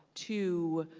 to